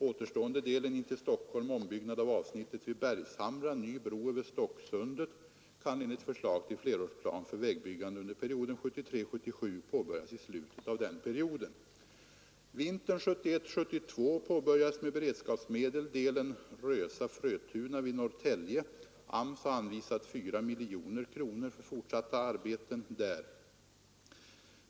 Återstående delen intill Stockholm, ombyggnad av avsnittet vid Bergshamra och ny bro över Stocksundet, kan enligt förslag till flerårsplan för vägbyggande under perioden 1973—1977 påbörjas i slutet av denna period. Vintern 1971—1972 påbörjades med beredskapsmedel delen Rösa— Frötuna vid Norrtälje. AMS har anvisat 4 miljoner kronor för fortsatta arbeten där.